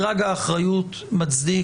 מדרג האחריות מצדיק,